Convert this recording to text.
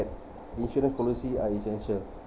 insurance policies are essential